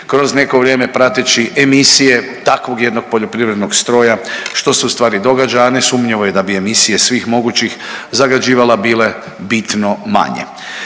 kroz neko vrijeme prateći emisije takvog jednog poljoprivrednog stroja što se u stvari događa, a nesumnjivo je da bi emisije svih mogućih zagađivala bile bitno manje.